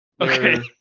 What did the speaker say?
Okay